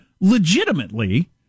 legitimately